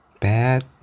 bad